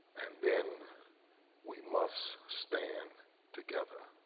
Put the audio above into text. and then we must stand together.